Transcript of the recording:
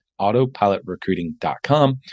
autopilotrecruiting.com